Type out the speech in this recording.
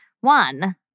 One